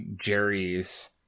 Jerry's